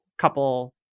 couple